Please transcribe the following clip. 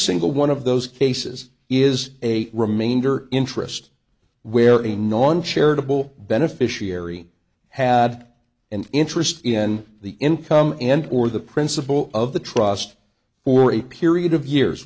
single one of those cases is a remainder interest where the non charitable beneficiary had an interest in the income and or the principle of the trust for a period of years